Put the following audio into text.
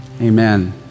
Amen